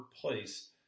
place